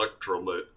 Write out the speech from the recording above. electrolyte